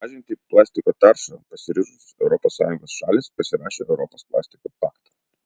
mažinti plastiko taršą pasiryžusios europos sąjungos šalys pasirašė europos plastiko paktą